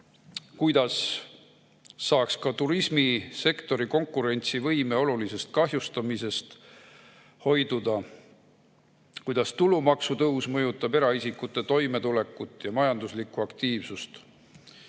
Kuidas saaks ka turismisektori konkurentsivõime olulisest kahjustamisest hoiduda? Kuidas tulumaksutõus mõjutab eraisikute toimetulekut ja majanduslikku aktiivsust?